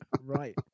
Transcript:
right